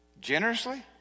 generously